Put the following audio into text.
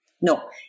No